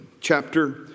chapter